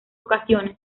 ocasiones